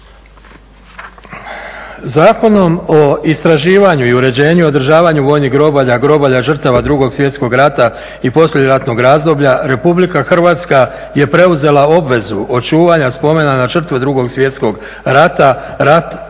Zakonom o istraživanju i uređenju i održavanju vojnih grobalja, grobalja žrtava Drugog svjetskog rata i poslijeratnog razdoblja Republika Hrvatska je preuzela obvezu očuvanja spomena na žrtve Drugog svjetskog rata i